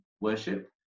worship